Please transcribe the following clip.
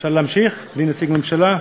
אפשר להמשיך בלי נציג ממשלה?